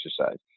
exercise